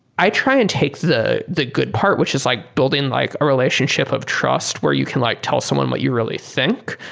i try and take the the good part, which is like building like a relationship of trust where you can like tell someone what you really think.